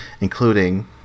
including